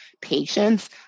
patients